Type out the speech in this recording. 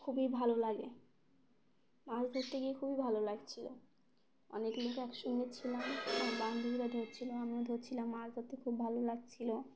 খুবই ভালো লাগে মাছ ধরতে গিয়ে খুবই ভালো লাগছিল অনেক লোক একসঙ্গে ছিলাম আমার বান্ধবীরা ধরছিল আমিও ধরছিলাম মাছ ধরতে খুব ভালো লাগছিল